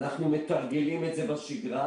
אנחנו מתרגלים את זה בשגרה.